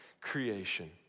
creation